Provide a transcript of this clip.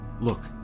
Look